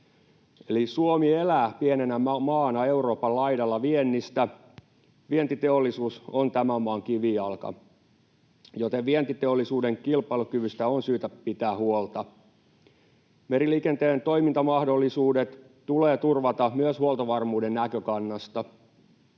Suomi elää pienenä maana Euroopan laidalla viennistä. Vientiteollisuus on tämän maan kivijalka, joten vientiteollisuuden kilpailukyvystä on syytä pitää huolta. Meriliikenteen toimintamahdollisuudet tulee turvata myös huoltovarmuuden näkökannasta.